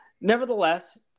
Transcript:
nevertheless